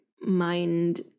mind